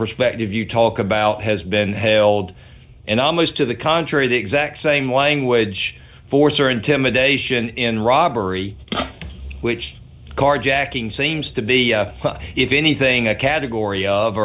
perspective you talk about has been held and almost to the contrary the exact same language force or intimidation in robbery which carjacking seems to be if anything a category of